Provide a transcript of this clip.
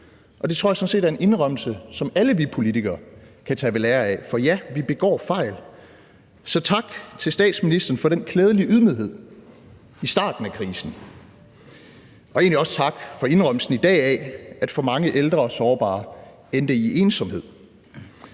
og det tror jeg sådan set er en indrømmelse, som alle vi politikere kan tage ved lære af, for ja, vi begår fejl. Så tak til statsministeren for den klædelige ydmyghed i starten af krisen, og egentlig også tak for indrømmelsen i dag af, at for mange ældre og sårbare endte i ensomhed.